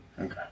Okay